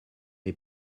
les